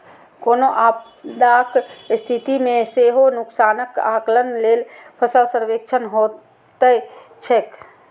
कोनो आपदाक स्थिति मे सेहो नुकसानक आकलन लेल फसल सर्वेक्षण होइत छैक